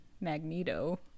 Magneto